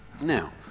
Now